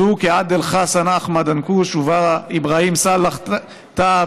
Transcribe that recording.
זוהו כעאדל חסן אחמד ענכוש ובראא אברהים סאלח טאהא,